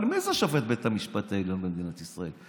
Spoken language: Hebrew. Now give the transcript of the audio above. אבל מי זה שופט בית המשפט העליון במדינת ישראל?